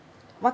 what